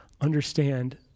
understand